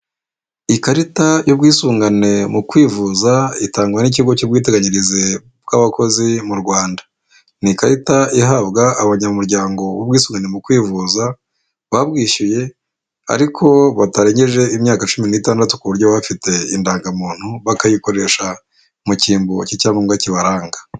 Ikarita y'ubwisungane mu kwivuza itangwa n'ikigo cy'ubwiteganyirize bw'abakozi mu Rwanda. Ni ikarita ihabwa abanyamuryango b'ubwisugane mu kwivuza, babwishyuye ariko batarengeje imyaka cumi n’itandatu ku buryo bafite indangamuntu bakayikoresha mu cyimbo cy'icyangombwa kibaranga.